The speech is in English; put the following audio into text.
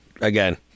again